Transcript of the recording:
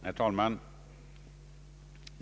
Herr talman!